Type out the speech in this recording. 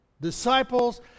Disciples